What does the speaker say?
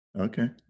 Okay